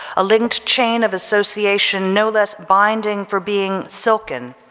a linked chain of association no less binding for being silken,